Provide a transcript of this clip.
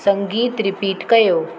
संगीत रिपीट कयो